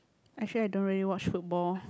actually I don't really watch football